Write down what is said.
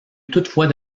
toutefois